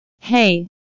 hey